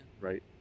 right